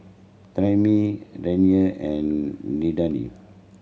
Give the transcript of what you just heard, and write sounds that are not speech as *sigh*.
Tammi Deanna and *unintelligible*